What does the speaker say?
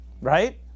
right